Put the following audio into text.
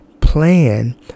plan